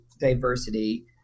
diversity